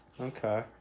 Okay